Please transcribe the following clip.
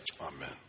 Amen